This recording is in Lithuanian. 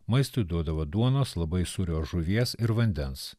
maistui duodavo duonos labai sūrios žuvies ir vandens